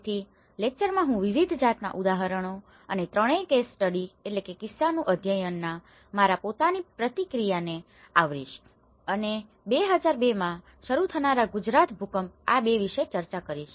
તેથી આ લેકચરમાં હું વિવિધ જાતના ઉદાહરણો અને ત્રણેય કેસ સ્ટડીcase studiesકિસ્સાનુ અધ્યયનના મારા પોતાની ક્રિયાપ્રતિક્રિયાને આવરીશ અને 2002 માં શરૂ થનારા ગુજરાત ભૂકંપ આ બે વિશે ચર્ચા કરીશ